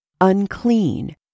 Unclean